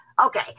Okay